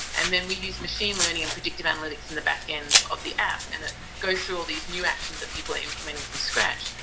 and then we use machine learning and predictive analytics in the back end of the app and it goes through all these new actions that people are implementing from scratch.